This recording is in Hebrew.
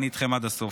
אני איתכם עד הסוף.